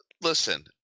listen